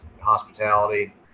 hospitality